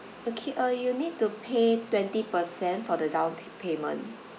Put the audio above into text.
okay uh you need to pay twenty percent for the down pay~ payment